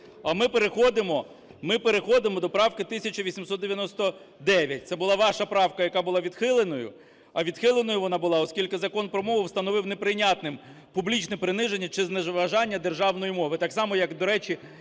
ми переходимо до правки 1899. Це була ваша правка, яка була відхиленою, а відхиленою вона була, оскільки Закон про мову встановив неприйнятним публічне приниження чи зневажання державної мови.